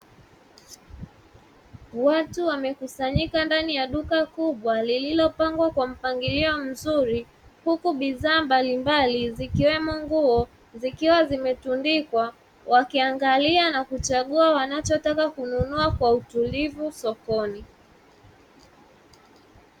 Watu wamekusanyika ndani ya duka kubwa lililopangwa kwa mpangilio mzuri, huku bidhaa mbalimbali zikiwemo nguo zikiwa zimetundikwa wakiangalia na kuchagua wanachotaka kununua kwa utulivu sokoni.